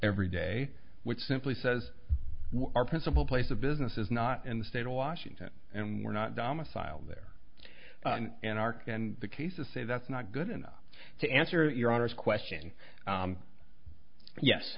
every day which simply says our principal place of business is not in the state of washington and we're not dhamma filed there an ark and the cases say that's not good enough to answer your honor's question